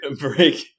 break